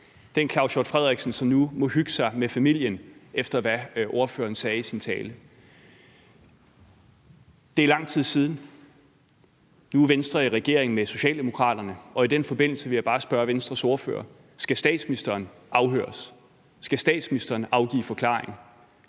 den Claus Hjort Frederiksen, der nu må hygge sig med familien, efter hvad ordføreren sagde i sin tale. Det er lang tid siden, og nu er Venstre i regering med Socialdemokraterne. I den forbindelse vil jeg bare spørge Venstres ordfører: Skal statsministeren afhøres? Skal statsministeren afgive forklaring?